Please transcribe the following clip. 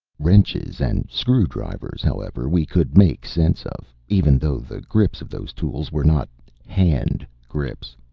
wrenches and screwdrivers, however, we could make sense of, even though the grips of those tools were not hand grips.